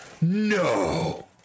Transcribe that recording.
No